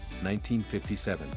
1957